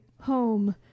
home